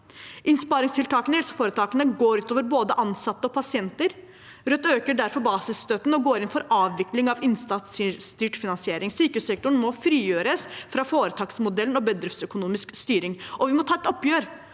Innsparingstiltakene i helseforetakene går ut over både ansatte og pasienter. Rødt øker derfor basisstøtten og går inn for avvikling av innsatsstyrt finansiering. Sykehussektoren må frigjøres fra foretaksmodellen og bedriftsøkonomisk styring. Vi må ta et oppgjør